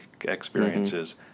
experiences